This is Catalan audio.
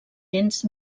gens